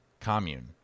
commune